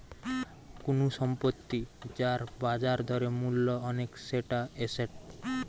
কুনু সম্পত্তি যার বাজার দরে মূল্য অনেক সেটা এসেট